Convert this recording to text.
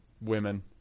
women